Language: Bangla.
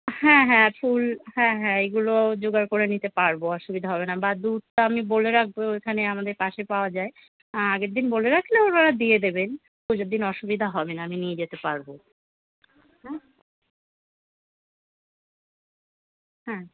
হ্যাঁ হ্যাঁ ফুল হ্যাঁ হ্যাঁ এইগুলো জোগাড় করে নিতে পারবো অসুবিধা হবে না বা দুধটা আমি বলে রাখবো এখানে আমাদের পাশে পাওয়া যায় আগের দিন বলে রাখলে ওরা দিয়ে দেবেন পুজোর দিন অসুবিধা হবে না আমি নিয়ে যেতে পারবো হ্যাঁ হ্যাঁ